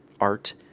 art